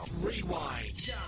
rewind